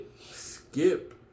Skip